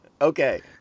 Okay